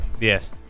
Yes